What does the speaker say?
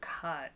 cut